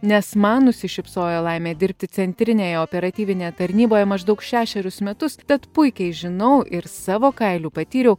nes man nusišypsojo laimė dirbti centrinėje operatyvinėje tarnyboje maždaug šešerius metus tad puikiai žinau ir savo kailiu patyriau